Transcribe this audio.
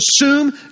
assume